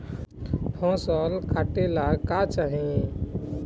फसल काटेला का चाही?